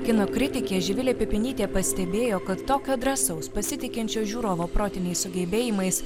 kino kritikė živilė pipinytė pastebėjo kad tokio drąsaus pasitikinčio žiūrovo protiniais sugebėjimais